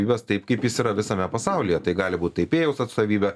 juos taip kaip jis yra visame pasaulyje tai gali būt taipėjaus atstovybė